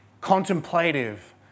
Contemplative